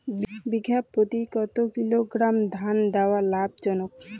বিঘা প্রতি কতো কিলোগ্রাম ধান হওয়া লাভজনক?